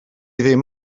ddim